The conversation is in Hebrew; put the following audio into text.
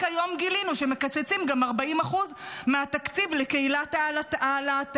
רק היום גילינו שמקצצים גם 40% מהתקציב לקהילת הלהט"ב.